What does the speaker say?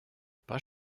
pas